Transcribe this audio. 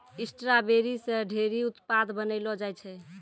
strawberry से ढेरी उत्पाद बनैलो जाय छै